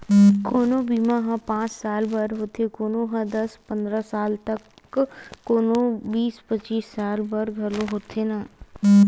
कोनो बीमा ह पाँच साल बर होथे, कोनो ह दस पंदरा साल त कोनो ह बीस पचीस साल बर घलोक होथे न